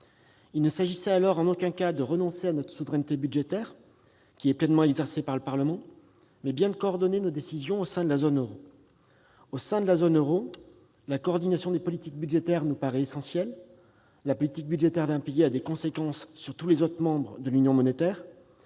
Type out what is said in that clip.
Il ne s'agissait en aucun cas de renoncer à notre souveraineté budgétaire- laquelle est pleinement exercée par le Parlement -, mais bien de coordonner nos décisions au sein de la zone euro. Au sein de celle-ci, la coordination des politiques budgétaires nous paraît essentielle. La politique budgétaire d'un pays a des conséquences sur tous les autres membres de l'union monétaire.